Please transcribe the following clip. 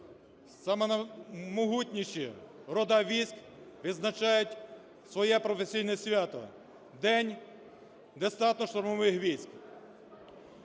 наймогутніші роди військ відзначають своє професійне свято – День Десантно-штурмових військ.